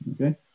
okay